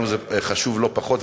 לנו זה חשוב לא פחות,